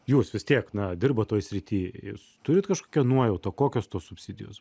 jūs vis tiek na dirbat toj srity jūs turite kažkokią nuojautą kokios tos subsidijos